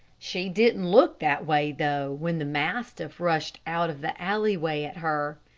she didn't look that way, though, when the mastiff rushed out of the alleyway at her.